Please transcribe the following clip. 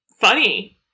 funny